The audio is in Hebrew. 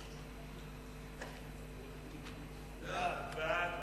2). ועדת